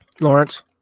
Lawrence